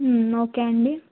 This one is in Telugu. ఓకే అండి